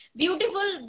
beautiful